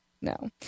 No